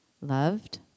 loved